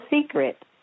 secret